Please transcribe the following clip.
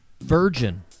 Virgin